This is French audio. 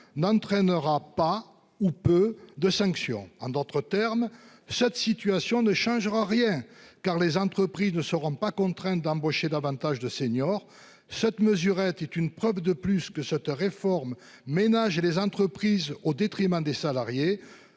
n'entraînera pas ou peu de sanctions en d'autres termes, cette situation ne changera rien car les entreprises ne seront pas contraints d'embaucher davantage de seniors cette mesurette est une preuve de plus que cette réforme ménages et les entreprises au détriment des salariés